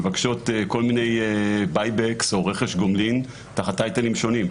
מבקשות כל מיני Buy Backs או רכש גומלין תחת טייטלים שונים.